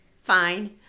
fine